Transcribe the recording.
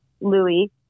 Louis